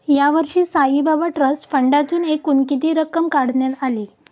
यावर्षी साईबाबा ट्रस्ट फंडातून एकूण किती रक्कम काढण्यात आली?